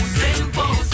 simple